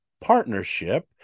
Partnership